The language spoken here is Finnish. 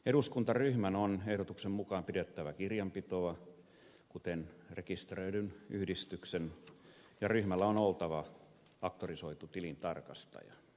eduskuntaryhmän on ehdotuksen mukaan pidettävä kirjanpitoa kuten rekisteröidyn yhdistyksen ja ryhmällä on oltava auktorisoitu tilintarkastaja